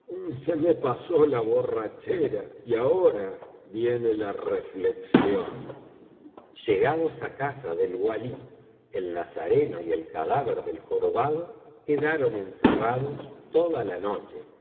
se me pasó la borrachera y ahora viene la reflexión llegados á casa del walí el nazareno y el cadáver del jorobado quedaron encerrados toda la noche